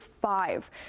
five